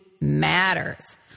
matters